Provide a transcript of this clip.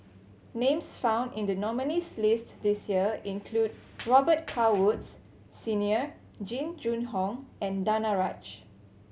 names found in the nominees' list this year include Robet Carr Woods Senior Jing Jun Hong and Danaraj